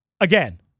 Again